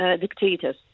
dictators